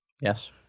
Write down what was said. Yes